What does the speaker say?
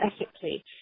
ethically